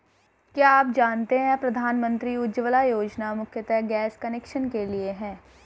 क्या आप जानते है प्रधानमंत्री उज्ज्वला योजना मुख्यतः गैस कनेक्शन के लिए है?